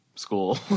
school